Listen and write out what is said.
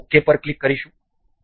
આપણે ok પર click કરીશું